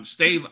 Stay